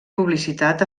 publicitat